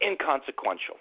inconsequential